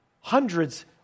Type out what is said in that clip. hundreds